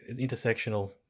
intersectional